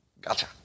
Gotcha